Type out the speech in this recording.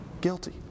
guilty